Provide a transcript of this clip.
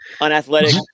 unathletic